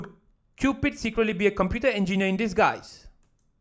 Cupid secretly be a computer engineer in disguise